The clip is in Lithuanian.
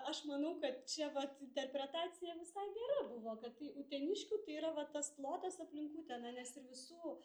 aš manau kad čia vat interpretacija visai gera buvo kad tai uteniškių tai yra va tas plotas aplink uteną nes ir visų